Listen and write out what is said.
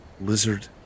lizard